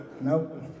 Nope